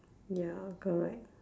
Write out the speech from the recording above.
ya correct